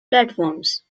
platforms